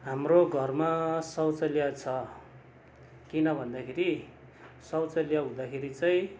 हाम्रो घरमा शौचालय छ किनभन्दाखेरि शौचालय हुँदाखेरि चाहिँ